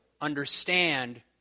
understand